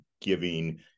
giving